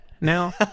now